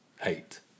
hate